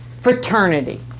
fraternity